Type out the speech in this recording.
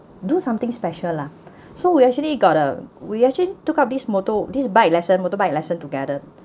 do something special lah so we actually got uh we actually took up this motor this bike lesson motorbike lesson together